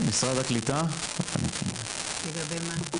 אנחנו מודעים לזה שמתנהל משא